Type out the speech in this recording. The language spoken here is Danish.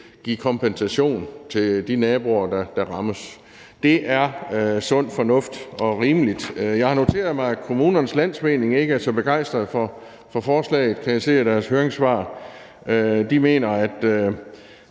at ministeren får bemyndigelsen. Det er sund fornuft og rimeligt. Jeg har noteret mig, at Kommunernes Landsforening ikke er så begejstrede for forslaget, kan jeg se af deres høringssvar. De mener, at